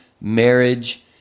marriage